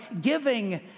giving